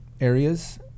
areas